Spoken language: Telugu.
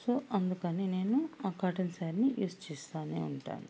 సో అందుకని నేను కాటన్ శారీని యూజ్ చేస్తు ఉంటాను